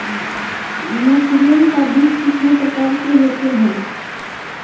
Mushroom का बीज कितने प्रकार के होते है?